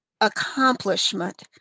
accomplishment